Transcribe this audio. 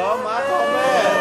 מה אתה אומר?